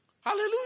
Hallelujah